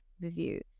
review